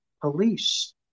police